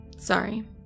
Sorry